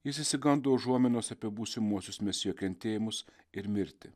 jis išsigando užuominos apie būsimuosius mesijo kentėjimus ir mirtį